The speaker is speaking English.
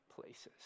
places